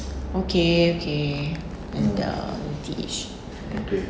okay okay and uh